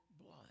blood